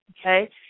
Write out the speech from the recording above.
Okay